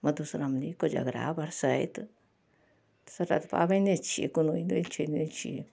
मधुश्रामणी कोजगरा बरसाइत सबटा तऽ पाबिने छियै कोनो ई नहि छियै नहि छियै